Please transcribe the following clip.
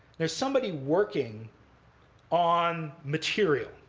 there's somebody working on material.